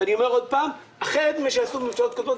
ואני אומר עוד פעם: אחרת ממה שעשו ממשלות קודמות.